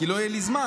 כי לא יהיה לי זמן.